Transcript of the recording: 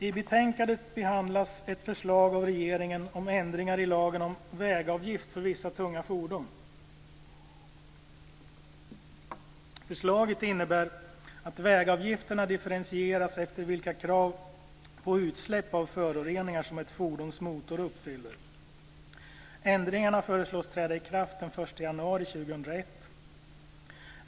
I betänkandet behandlas ett förslag från regeringen om ändringar i lagen om vägavgift för vissa tunga fordon. Förslaget innebär att vägavgifterna differentieras efter vilka krav på utsläpp av föroreningar som ett fordons motor uppfyller. Ändringarna föreslås träda i kraft den 1 januari 2001.